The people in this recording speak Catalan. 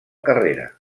carrera